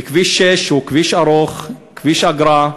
בכביש 6, שהוא כביש ארוך, כביש אגרה,